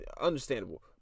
understandable